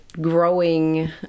growing